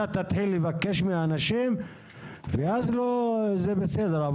אתה תתחיל לבקש מהאנשים ואז זה בסדר.